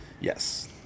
yes